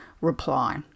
reply